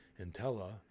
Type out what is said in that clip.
Intella